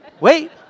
wait